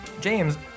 James